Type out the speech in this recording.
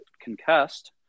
concussed